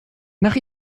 nach